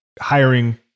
hiring